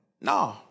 No